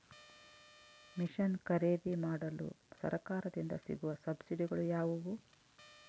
Mission ಖರೇದಿಮಾಡಲು ಸರಕಾರದಿಂದ ಸಿಗುವ ಸಬ್ಸಿಡಿಗಳು ಯಾವುವು?